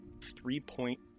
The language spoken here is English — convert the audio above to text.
three-point